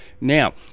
now